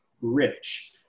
rich